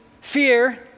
fear